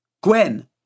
Gwen